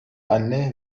anne